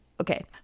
Okay